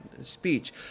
speech